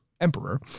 emperor